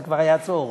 זה כבר היה צהריים.